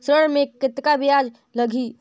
ऋण मे कतेक ब्याज लगही?